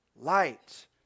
Light